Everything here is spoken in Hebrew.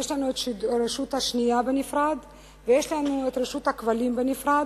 את הרשות השנייה בנפרד ואת רשות הכבלים בנפרד,